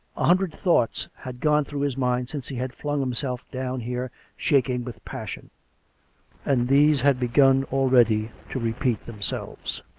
hundred thoughts had gone through his mind since he had flung himself down here shaking with passion and these had begun already to repeat themselves,